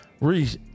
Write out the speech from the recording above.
Reese